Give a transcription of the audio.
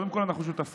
קודם כול, אנחנו שותפים